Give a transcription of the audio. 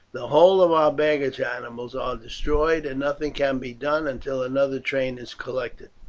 the whole of our baggage animals are destroyed, and nothing can be done until another train is collected.